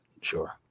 sure